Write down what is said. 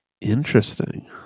Interesting